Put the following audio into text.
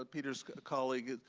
ah peter's colleague.